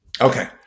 Okay